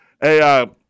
Hey